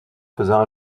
faisant